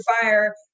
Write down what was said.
fire